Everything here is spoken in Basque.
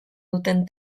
duten